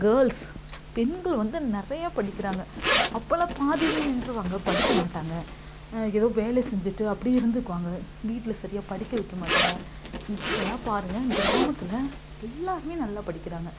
girls பெண்கள் வந்து நிறைய படிக்கிறாங்க அப்போல்லாம் பாதியிலேயே நின்றுடுவாங்க படிக்கமாட்டாங்க ஏதோ வேலை செஞ்சிட்டு அப்படியே இருந்துக்குவாங்க வீட்டில சரியாக படிக்க வைக்க மாட்டாங்க இப்பல்லாம் பாருங்க கிராமத்தில் எல்லாருமே நல்லா படிக்கிறாங்க